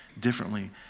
differently